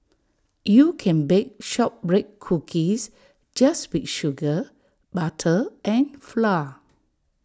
you can bake Shortbread Cookies just with sugar butter and flour